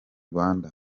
rwanda